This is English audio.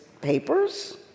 papers